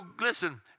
listen